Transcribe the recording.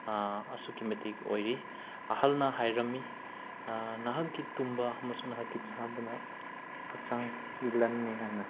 ꯑꯁꯨꯛꯀꯤ ꯃꯇꯤꯛ ꯑꯣꯏꯔꯤ ꯑꯍꯜꯅ ꯍꯥꯏꯔꯝꯃꯤ ꯅꯍꯥꯛꯀꯤ ꯇꯨꯝꯕ ꯑꯃꯁꯨꯡ ꯅꯍꯥꯛꯀꯤ ꯆꯥꯕꯅ ꯍꯛꯆꯥꯡꯒꯤ ꯂꯟꯅꯤ ꯍꯥꯏꯅ